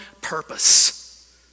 purpose